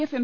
F M